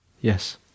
Yes